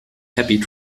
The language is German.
happy